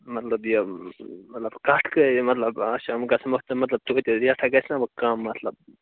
مطلب یہِ مطلب کَٹھ کٔہۍ مطلب اَچھا یِم گژھان وقتن مطلب توتہِ حظ ریٹھاہ گَژھِ نا وۅنۍ کم مطلب